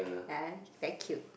ya very cute